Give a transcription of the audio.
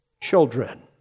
children